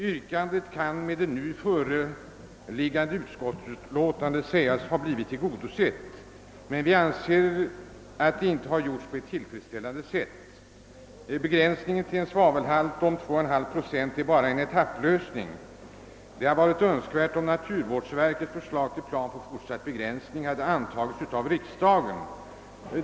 Yrkandet kan med det nu föreliggande utskottsutlåtandet sägas ha blivit tillgodosett, men vi anser att det inte har gjorts på ett tillfredsställande sätt. Begränsningen till en svavelhalt av 2,5 viktprocent är bara en etapplösning. Det hade varit önskvärt att naturvårdsverkets förslag till plan för fortsatt begränsning av svavelhalten i eldningsoljor hade antagits av riksdagen.